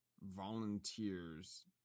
volunteers